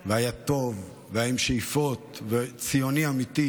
טוב, עם שאיפות וציוני אמיתי,